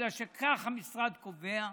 בגלל שכך המשרד קובע,